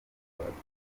ababyeyi